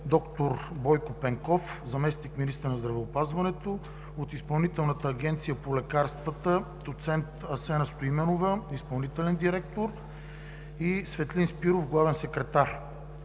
доктор Бойко Пенков – заместник-министър на здравеопазването; от Изпълнителната агенция по лекарствата: доцент Асена Стоименова – изпълнителен директор, и Светлин Спиров – главен секретар.